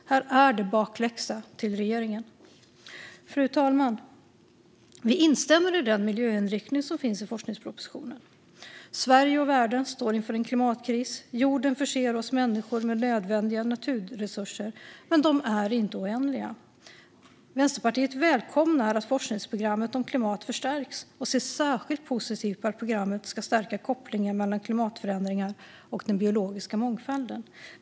Här får regeringen bakläxa. Fru talman! Vi instämmer i den miljöinriktning som finns i forskningspropositionen. Sverige och världen står inför en klimatkris. Jorden förser oss människor med nödvändiga naturresurser, men de är inte oändliga. Vänsterpartiet välkomnar att det nationella forskningsprogrammet om klimat förstärks och ser särskilt positivt på att programmet ska stärka kopplingen mellan klimatförändringar och den biologiska mångfalden.